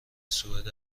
سوئد